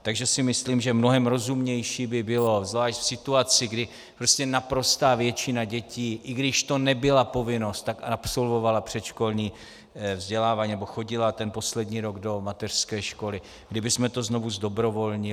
Takže si myslím, že mnohem rozumnější by bylo, zvlášť v situaci, kdy naprostá většina dětí, i když to nebyla povinnost, absolvovala předškolní vzdělávání nebo chodila ten poslední rok do mateřské školy, kdybychom to znovu zdobrovolnili.